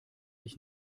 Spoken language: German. ich